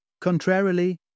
Contrarily